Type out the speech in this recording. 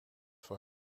voor